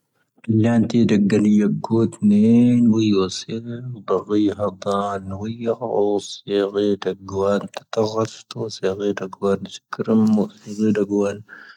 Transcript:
ⵏⵍⴰⵏⵜⵉⴷⴰⴳ ⴳⴰⵏⵢⴰⴳoⵜ ⵏⴻⵏⴻ,. ⵡⵉⵢoⵙⵉⵔ ⴷⵀⵔⵉⵀⴰ ⴷⴰⵏ,. ⵡⵉⵢoⵙⵉⵔ ⴷⵀⴰⴳⵡⴰⵏ,. ⵜⴰⵜⴰⵇⴰⵙⵜⵓ,. ⵡⵉⵢoⵙⵉⵔ ⴷⵀⴰⴳⵡⴰⵏ,. ⵙⴽⵔⵉⵎⵎ,. ⵡⵉⵢoⵙⵉⵔ ⴷⵀⴰⴳⵡⴰⵏ.